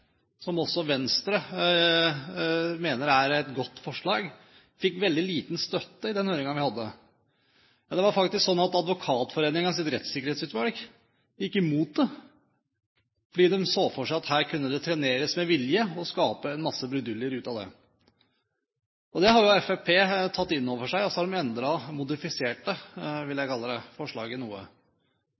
som også Venstre mener er et godt forslag, veldig liten støtte i den høringen vi hadde. Advokatforeningens rettssikkerhetsutvalg gikk faktisk imot det, fordi de så for seg at her kunne det treneres med vilje, noe som ville skape en masse brudulje. Dette har Fremskrittspartiet tatt inn over seg, og så har de endret forslaget noe,